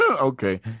okay